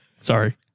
Sorry